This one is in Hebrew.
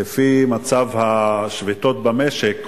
לפי מצב השביתות במשק,